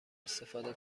استفاده